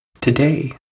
Today